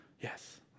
Yes